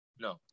No